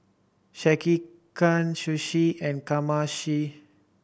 Sekihan Sushi and